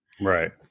Right